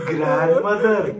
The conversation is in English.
Grandmother